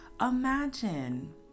Imagine